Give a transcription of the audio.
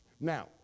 Now